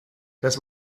das